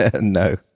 no